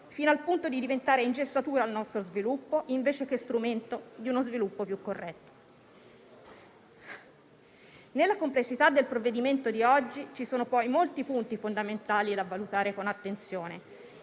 fino al punto di diventare ingessatura al nostro sviluppo invece che strumento di uno sviluppo più corretto. Nella complessità del provvedimento oggi al nostro esame vi sono, poi, molti punti fondamentali da valutare con attenzione,